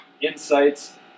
insights